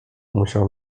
musiał